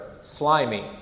slimy